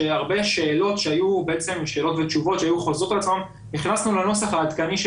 שהרבה שאלות ותשובות שהיו חוזרות על עצמן הכנסנו לנוסח העדכני של